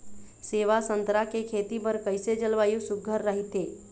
सेवा संतरा के खेती बर कइसे जलवायु सुघ्घर राईथे?